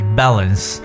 balance